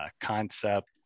concept